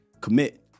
commit